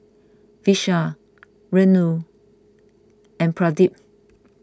Vishal Renu and Pradip